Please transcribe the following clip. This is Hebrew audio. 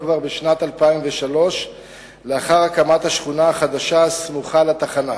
באפריל 2002 הוחלט להעביר את תחנת